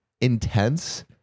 intense